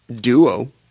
duo